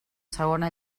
segona